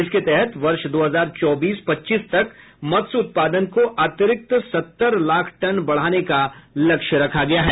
इसके तहत वर्ष दो हजार चौबीस पच्चीस तक मत्स्य उत्पादन को अतिरिक्त सत्तर लाख टन बढ़ाने का लक्ष्य रखा गया है